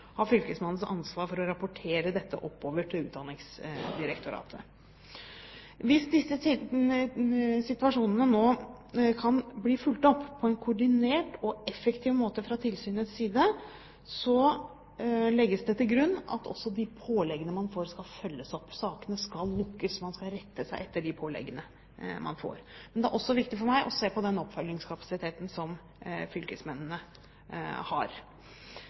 har Fylkesmannen ansvar for å rapportere dette oppover til Utdanningsdirektoratet. Hvis disse sakene nå blir fulgt opp på en koordinert og effektiv måte fra tilsynets side, legges det til grunn at også de påleggene man får, skal følges opp. Sakene skal lukkes. Man skal rette seg etter de påleggene man får. Men det er også viktig for meg å se på den oppfølgingskapasiteten som fylkesmennene har.